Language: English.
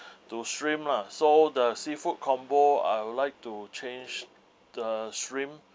to shrimp lah so the seafood combo I would like to change the shrimp